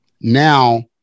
now